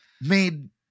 made